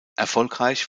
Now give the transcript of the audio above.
erfolgreich